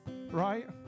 right